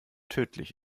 tödlich